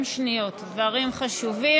30 שניות, דברים חשובים.